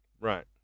Right